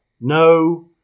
No